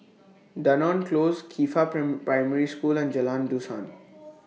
Dunearn Close Qifa Primary School and Jalan Dusan